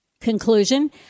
Conclusion